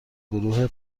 گروه